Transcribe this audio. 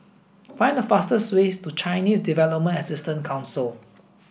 find the fastest way to Chinese Development Assistance Council